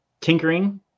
tinkering